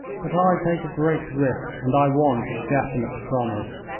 but i take a great risk, and i want a definite promise.